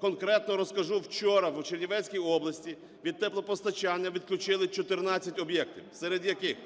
Конкретно розкажу. Вчора в Чернівецькій області від теплопостачання відключили 14 об'єктів. Серед яких: